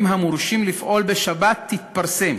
שתתפרסם,